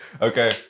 Okay